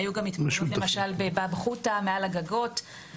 היו גם התפרעויות למשל בבאב חוטה מעל הגגות,